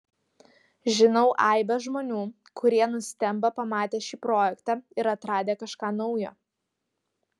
žinau aibę žmonių kurie nustemba pamatę šį projektą ir atradę kažką naujo